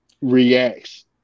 reacts